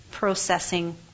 processing